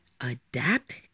adapt